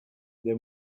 the